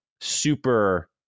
super